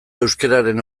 euskararen